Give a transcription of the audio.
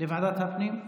לוועדת הפנים?